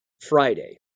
Friday